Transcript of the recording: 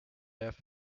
have